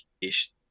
ish